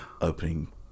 opening